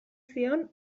zion